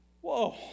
Whoa